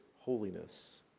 holiness